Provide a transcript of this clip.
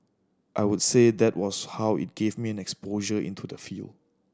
I would say that was how it gave me exposure into the field